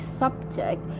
subject